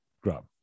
Grub